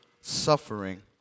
suffering